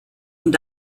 und